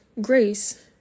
grace